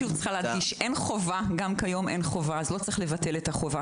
גם כיום אין חובה אז אין מה לבטל.